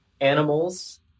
animals